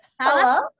Hello